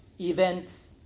events